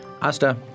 Asta